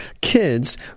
kids